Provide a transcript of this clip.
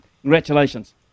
Congratulations